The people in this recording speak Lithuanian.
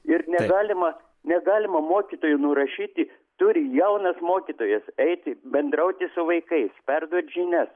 ir negalima negalima mokytojų nurašyti turi jaunas mokytojas eiti bendrauti su vaikais perduot žinias